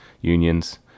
unions